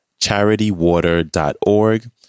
charitywater.org